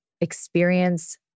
experience